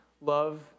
Love